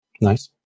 Nice